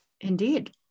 Indeed